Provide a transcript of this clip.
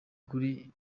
kuri